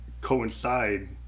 coincide